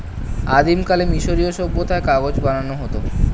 আদিমকালে মিশরীয় সভ্যতায় কাগজ বানানো হতো